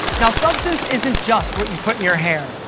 now substance isn't just what you put in your hair,